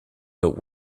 but